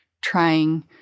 trying